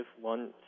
one